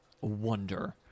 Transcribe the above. wonder